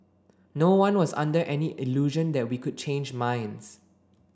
no one was under any illusion that we could change minds